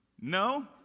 No